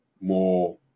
more